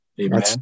Amen